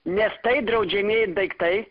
nes tai draudžiamieji daiktai